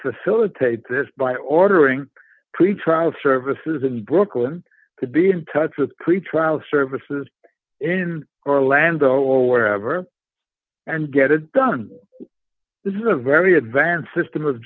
facilitate this by ordering pretrial services in brooklyn to be in touch with pretrial services in orlando or wherever and get it done this is a very advanced system of